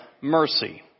mercy